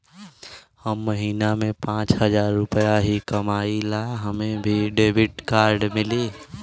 हम महीना में पाँच हजार रुपया ही कमाई ला हमे भी डेबिट कार्ड मिली?